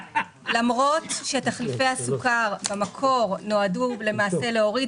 למרות שתחליפי הסוכר במקור נועדו להוריד